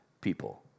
people